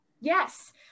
Yes